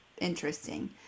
interesting